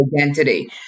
identity